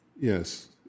Yes